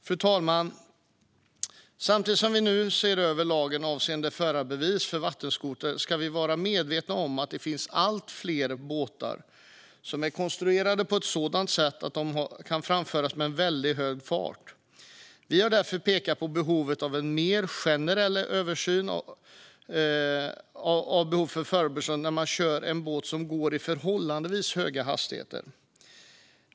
Fru talman! Samtidigt som vi nu ser över lagen avseende förarbevis för vattenskoter ska vi vara medvetna om att det finns allt fler båtar som är konstruerade på ett sådant sätt att de kan framföras med en väldigt hög fart. Vi har därför pekat på behovet av en mer generell översyn av behovet av förarbevis när det gäller båtar som går i förhållandevis höga hastigheter.